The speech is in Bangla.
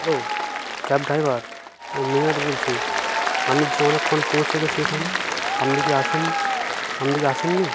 হ্যালো ক্যাব ড্রাইভার আমি মিনাত বলছি আমি যে অনেকক্ষণ পৌঁছে গেছি এখানে আপনি কি আসুন আপনি কি আসেননি